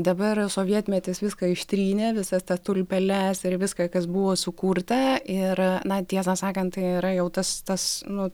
dabar sovietmetis viską ištrynė visas tas tulpeles ir viską kas buvo sukurta ir na tiesą sakant tai yra jau tas tas nu